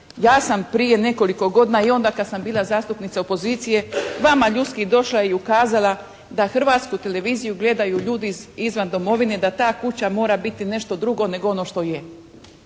ja sam prije nekoliko godina i onda kad sam bila zastupnica opozicije vama ljudski došla i ukazala da Hrvatsku televiziju gledaju ljudi izvan domovine. Da ta kuća mora biti nešto drugo nego ono što je.